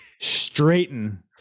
Straighten